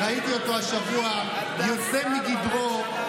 כי ראיתי אותו השבוע יוצא מגדרו,